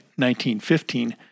1915